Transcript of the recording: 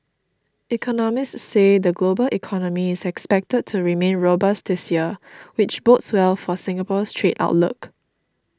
economists say the global economy is expected to remain robust this year which bodes well for Singapore's trade outlook